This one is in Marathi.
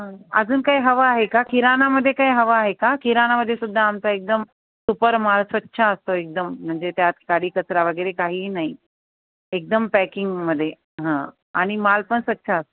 अजून काही हवा आहे का किराणामध्ये काय हवां आहे का किराणामध्ये सुुद्धा आमचा एकदम सुपर माल स्वच्छ असतो एकदम म्हणजे त्यात काडी कचरा वगैरे काही नाही एकदम पॅकिंगमध्ये हं आणि माल पण स्वच्छ असतो